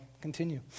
continue